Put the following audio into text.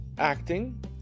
acting